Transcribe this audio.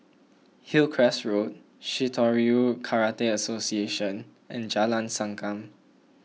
Hillcrest Road Shitoryu Karate Association and Jalan Sankam